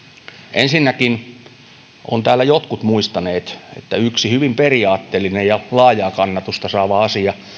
ensinnäkin ovat täällä jotkut muistaneet että yksi hyvin periaatteellinen ja laajaa kannatusta saava asia